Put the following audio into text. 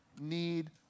need